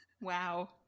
Wow